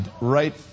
right